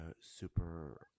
super